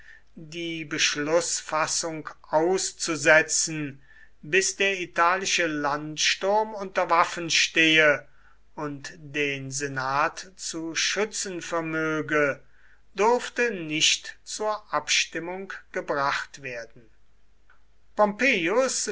die beschlußfassung auszusetzen bis der italische landsturm unter waffen stehe und den senat zu schützen vermöge durfte nicht zur abstimmung gebracht werden